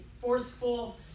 forceful